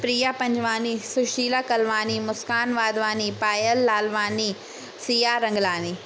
Priya Panjwani Sushila Kalwani Muskan Wadhwani Payal Lalwani Siya Ranglani